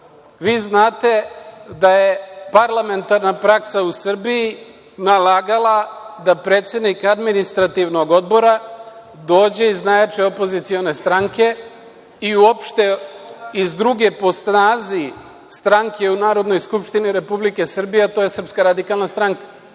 vi znate da je parlamentarna praksa u Srbiji nalagala da predsednik Administrativnog odbora dođe iz najjače opozicione stranke i uopšte iz druge po snazi stranke u Narodnoj skupštini Republike Srbije, a to je SRS i to je praksa